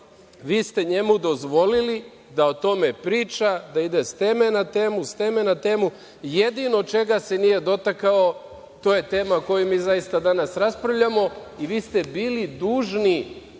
vi ste njemu dozvolili da o tome priča, da ide sa teme na temu, sa teme na temu. Jedino čega se nije dotakao to je tema o kojoj zaista danas raspravljamo i vi ste bili dužni